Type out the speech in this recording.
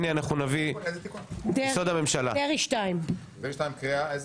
גם על שעות הדיבור, הגענו